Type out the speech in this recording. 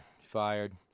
fired